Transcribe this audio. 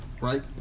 right